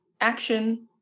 action